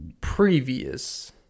previous